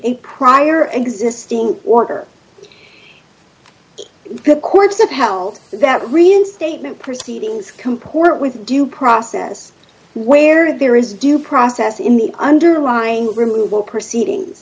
a prior an existing order the courts upheld that reinstatement proceedings comport with due process where there is due process in the underlying removal proceedings